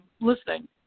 listening